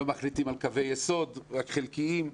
לא מחליטים על קווי יסוד, רק חלקיים.